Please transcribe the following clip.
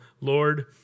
Lord